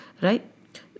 Right